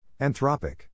Anthropic